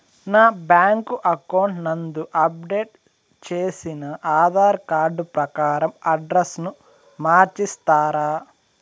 నా bank account నందు update చేసిన ఆధార్ కార్డు ప్రకారం అడ్రస్ ను మార్చిస్తారా?